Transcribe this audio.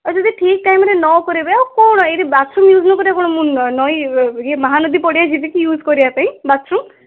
ଯଦି ଠିକ୍ ଟାଇମ୍ରେ ନ କରିବେ ଆଉ କ'ଣ ଏଇଠି ବାଥରୁମ୍ ୟୁଜ୍ ନ କରି କ'ଣ ମୁଁ ନଈ ଏ ମହାନଦୀ ପଡ଼ିଆ ଯିବି କି ୟୁଜ୍ କରିବା ପାଇଁ ବାଥରୁମ୍